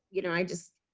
you know just